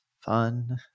fun